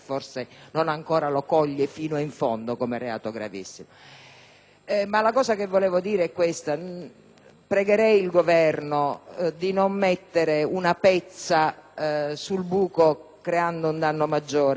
la cosa che volevo dire è questa: pregherei il Governo di non mettere una pezza sul buco, creando un danno maggiore. Ora, ammettiamo l'omicidio e magari lasciamo fuori tanti altri reati: